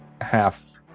half